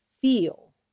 feel